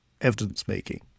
evidence-making